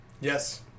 Yes